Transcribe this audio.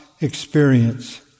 experience